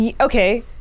Okay